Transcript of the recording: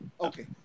Okay